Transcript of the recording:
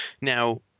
Now